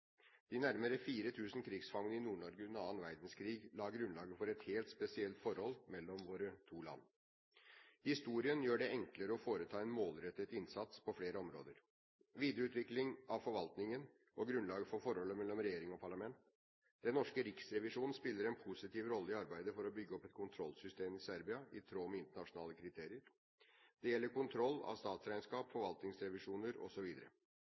De nærmere 4 000 krigsfangene i Nord-Norge under annen verdenskrig la grunnlaget for et helt spesielt forhold mellom våre to land. Historien gjør det enklere å foreta en målrettet innsats på flere områder, som videreutvikling av forvaltningen og grunnlaget for forholdet mellom regjering og parlament. Den norske riksrevisjonen spiller en positiv rolle i arbeidet for å bygge opp et kontrollsystem i Serbia i tråd med internasjonale kriterier. Det gjelder kontroll av statsregnskap,